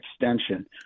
Extension